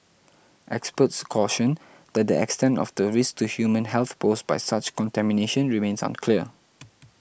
experts cautioned that the extent of the risk to human health posed by such contamination remains unclear